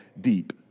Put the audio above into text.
deep